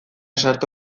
sartu